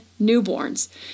newborns